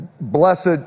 blessed